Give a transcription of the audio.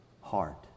heart